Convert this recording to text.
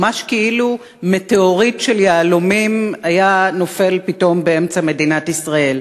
ממש כאילו מטאוריט של יהלומים היה נופל פתאום באמצע מדינת ישראל.